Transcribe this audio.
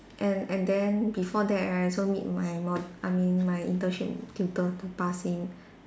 and and then before that right I also meet my mo~ I mean my internship tutor to pass him